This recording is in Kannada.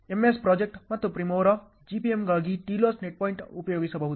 MS ಪ್ರಾಜೆಕ್ಟ್ ಮತ್ತು ಪ್ರಿಮಾವೆರಾ GPMಗಾಗಿ TILOS ನೆಟ್ಪಾಯಿಂಟ್ ಉಪಯೋಗಿಸಬಹುದು